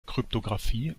kryptographie